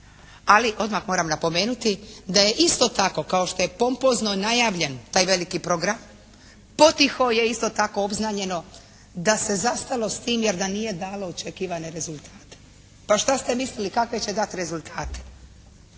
Ali odmah moram napomenuti da je isto tako kao što je pompozno najavljen taj veliki program potiho je isto tako obznanjeno da se zastalo s tim jer da nije dalo očekivane rezultate. Pa šta ste mislili kakve će dati rezultate.